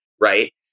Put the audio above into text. right